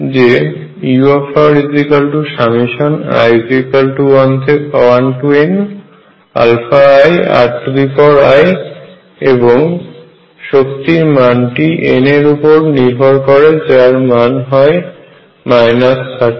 যে uri1nairi এবং শক্তির মানটি n এর উপরে নির্ভর করে এবং যার মান হয় 136Z2n2